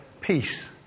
Peace